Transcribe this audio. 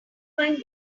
find